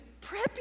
prep